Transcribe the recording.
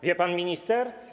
Wie pan minister?